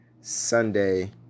Sunday